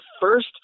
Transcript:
first